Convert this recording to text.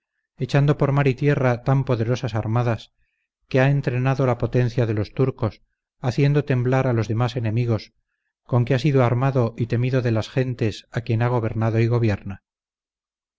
echando por mar y tierra tan poderosas armadas que ha entrenado la potencia de los turcos haciendo temblar a los demás enemigos con que ha sido amado y temido de las gentes a quien ha gobernado y gobierna